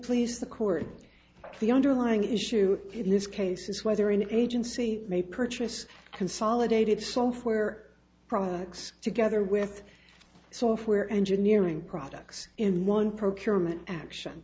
please the court but the underlying issue in this case is whether an agency may purchase consolidated software products together with software engineering products in one procurement action